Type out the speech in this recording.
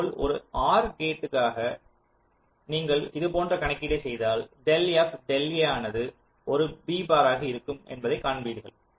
இதேபோல் ஒரு OR gate க்காக நீங்கள் இதேபோன்ற கணக்கீட்டைச் செய்தால் டெல் f டெல் a ஆனது ஒரு b பார் ஆக இருக்கும் என்பதைக் காண்பீர்கள்